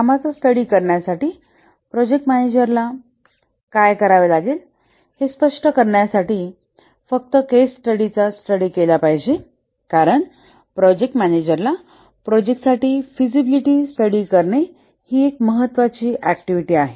कामाचा स्टडी करण्यासाठी प्रोजेक्ट मॅनेजरला काय करावे लागेल हे स्पष्ट करण्यासाठी फक्त केस स्टडीचा स्टडी केला पाहिजे कारण प्रोजेक्ट मॅनेजरला प्रोजेक्ट साठी फिजिबिलिटी स्टडी करणे ही एक महत्त्वाची ऍक्टिव्हिटी आहे